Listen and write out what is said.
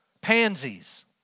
pansies